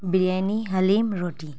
بریانی حلیم روٹی